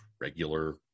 regular